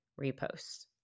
reposts